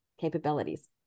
capabilities